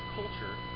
culture